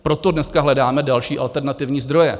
Proto dneska hledáme další, alternativní zdroje.